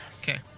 Okay